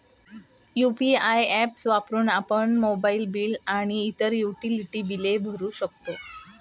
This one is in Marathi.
यु.पी.आय ऍप्स वापरून आपण मोबाइल बिल आणि इतर युटिलिटी बिले भरू शकतो